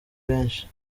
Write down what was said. benshi